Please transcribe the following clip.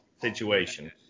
situation